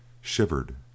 shivered